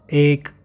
एक